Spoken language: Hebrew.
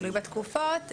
תלוי בתקופות.